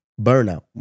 burnout